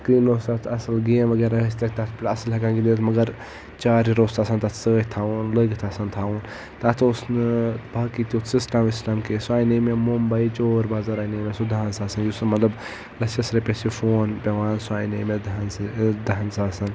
screen اوس تتھ اصل گیم غیرہ ٲس تتھ پٮ۪ٹھ اصل ہٮ۪کان گِندِتھ مگر جارجر اوس آسان تتھ سۭتۍ تھاوُن لٲگتھ آسان تھاوُن تتھ اوس نہٕ باقٕے تیُتھ سسٹم وسٹم کینٛہہ سُہ انے مےٚ ممبٕے چور بازار انیو مےٚ سُہ دہن ساسن یُس مطلب لَچھس رۄپیس چھُ فون پٮ۪وان سُہ انے مےٚ دَہن ساسن